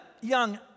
young